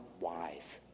wise